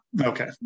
Okay